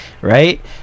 right